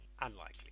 Unlikely